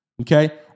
okay